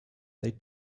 they